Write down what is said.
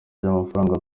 by’amafaranga